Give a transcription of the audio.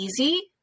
easy